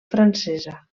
francesa